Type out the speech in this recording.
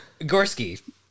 Gorski